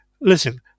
listen